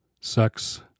sex